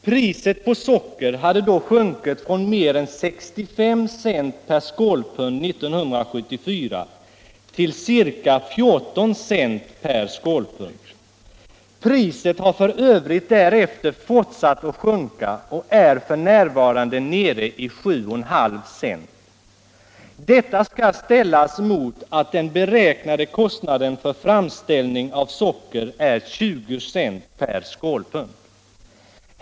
Priset på socker hade då sjunkit från mer än 65 cent per skålpund 1974 till ca 14 cent per skålpund. Priset har f. ö. därefter fortsatt att sjunka och är f. n. nere i 7,5 cent. Detta skall ställas mot att den beräknade kostnaden för framställning av socker är 20 cent per skålpund.